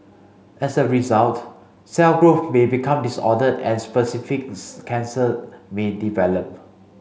as a result cell growth may become disordered and specific cancer may develop